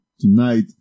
tonight